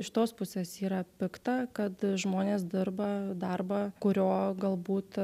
iš tos pusės yra pikta kad žmonės dirba darbą kurio galbūt